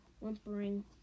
whimpering